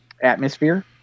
atmosphere